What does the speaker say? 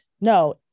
no